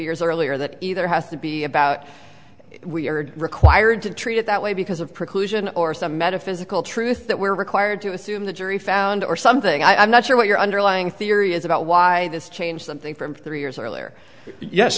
years earlier that either has to be about we erred required to treat it that way because of preclusion or some metaphysical truth that we're required to assume the jury found or something i'm not sure what your underlying theory is about why this changed something from three years earlier yes